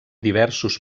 diversos